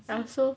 I also